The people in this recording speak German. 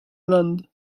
land